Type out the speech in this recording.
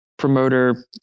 promoter